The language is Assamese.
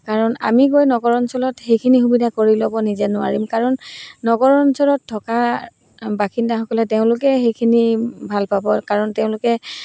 কাৰণ আমি গৈ নগৰ অঞ্চলত সেইখিনি সুবিধা কৰি ল'ব নিজে নোৱাৰিম কাৰণ নগৰ অঞ্চলত থকা বাসিন্দাসকলে তেওঁলোকে সেইখিনি ভাল পাব কাৰণ তেওঁলোকে